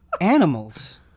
animals